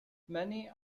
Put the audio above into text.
many